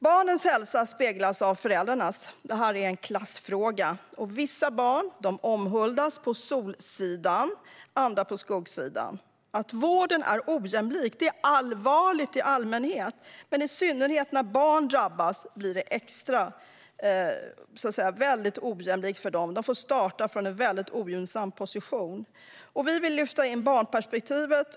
Barnens hälsa speglas av föräldrarnas. Detta är en klassfråga. Vissa barn omhuldas på solsidan, andra på skuggsidan. Att vården är ojämlik är allvarligt i allmänhet, men det är i synnerhet allvarligt när barn drabbas. Då blir det väldigt ojämlikt. De får starta från en väldigt ogynnsam position. Vi vill lyfta in barnperspektivet.